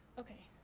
okay.